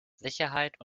sicherheit